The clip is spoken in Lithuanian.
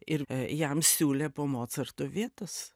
ir jam siūlė po mocarto vietas